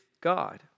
God